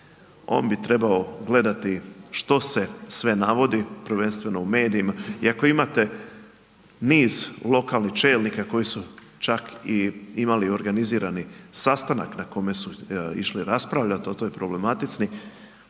on bi trebao gledati što se sve navodi, prvenstveno u medijima i ako imate niz lokalnih čelnika koji su čak i imali organizirani sastanak na kome su išli raspravljat o toj problematici,